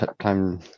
time